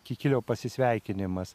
kikilio pasisveikinimas